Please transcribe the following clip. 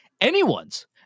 Anyone's